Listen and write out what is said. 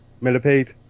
Millipede